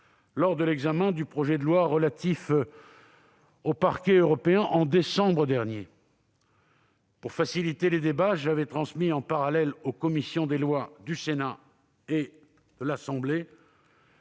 lors de l'examen du projet de loi relatif au Parquet européen au mois de décembre dernier. Pour faciliter les débats, je l'avais transmis en parallèle aux commissions des lois du Sénat et de l'Assemblée